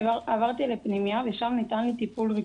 עברתי לפנימייה ושם ניתן לי טיפול רגשי,